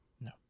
No